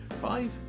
five